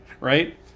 right